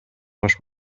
masz